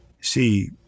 See